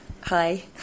Hi